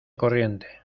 corriente